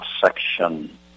Section